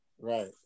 right